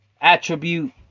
attribute